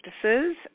practices